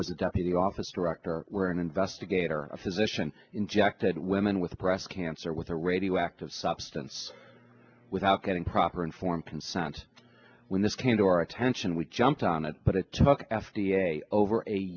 was a deputy office director where an investigator and a physician injected women with breast cancer with a radioactive substance without getting proper informed consent when this came to our attention we jumped on it but it took f d a over a